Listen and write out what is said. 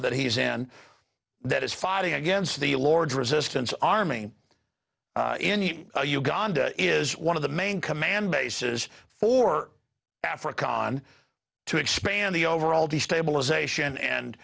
that he is in that is fighting against the lord's resistance army uganda is one of the main command bases for africa on to expand the overall destabilization and